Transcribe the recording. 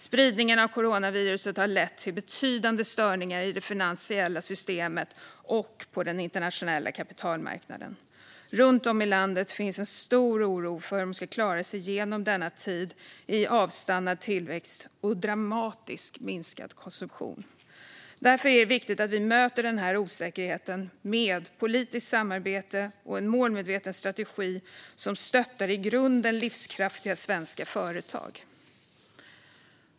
Spridningen av coronaviruset har lett till betydande störningar i det finansiella systemet och på den internationella kapitalmarknaden. Runt om i landet finns en stor oro för hur man ska klara sig igenom denna tid av avstannad tillväxt och dramatiskt minskad konsumtion. Därför är det viktigt att vi möter denna osäkerhet med politiskt samarbete och en målmedveten strategi som stöttar i grunden livskraftiga svenska företag.